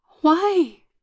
why